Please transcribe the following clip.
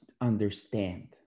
understand